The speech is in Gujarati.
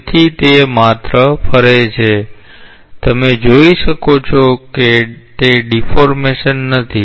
તેથી અહીં તે માત્ર ફરે છે તમે જોઈ શકો છો કે તે ડીફૉર્મેશન નથી